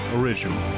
original